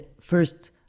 first